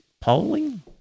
polling